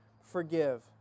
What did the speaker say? forgive